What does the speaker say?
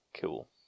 Cool